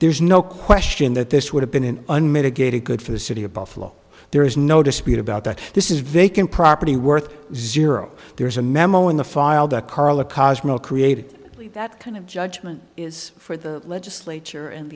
there's no question that this would have been an unmitigated good for the city of buffalo there is no dispute about that this is vacant property worth zero there's a memo in the file that carla cause more created that kind of judgment is for the legislature and